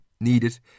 Needed